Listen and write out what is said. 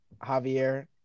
Javier